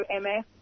MS